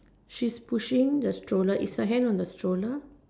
she's pushing the stroller is her hand on the stroller